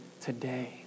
today